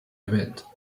event